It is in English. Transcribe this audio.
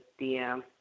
DM